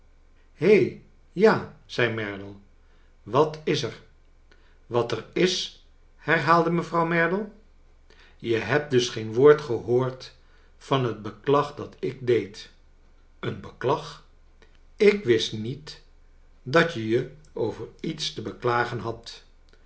he ja zei merdle wat is er wat er is herhaalde mevrouw merdle je hebt dus geen woord gehoord van het beklag dat ik deed een beklag ik wist niet dat je je over lets te beklagen liadt